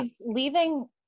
leaving